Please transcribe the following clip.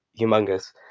humongous